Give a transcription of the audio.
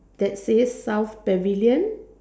that says South pavilion